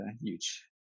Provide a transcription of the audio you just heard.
huge